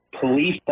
police